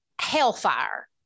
hellfire